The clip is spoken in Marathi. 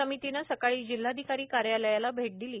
समितीनं सकाळी जिल्हाधिकारी कार्यालयाला भेट दिली